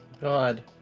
god